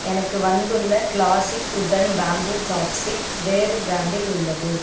எனக்கு வந்துள்ள classic wooden bamboo chopstick வேறு ப்ராண்டில் உள்ளது